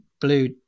blue